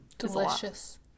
delicious